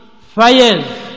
fires